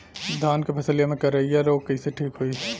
धान क फसलिया मे करईया रोग कईसे ठीक होई?